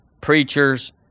preachers